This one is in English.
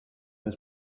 her